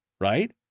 right